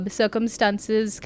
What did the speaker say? circumstances